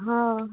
हय